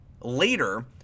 later